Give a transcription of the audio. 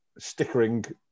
stickering